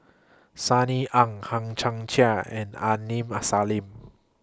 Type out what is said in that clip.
Sunny Ang Hang Chang Chieh and Aini Masalim